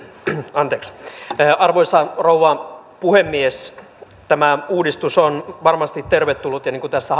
arvoisa rouva puhemies tämä uudistus on varmasti tervetullut kun tässä